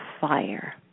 fire